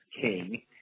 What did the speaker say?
king